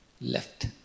left